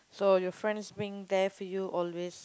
so your friends being there for you always